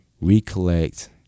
recollect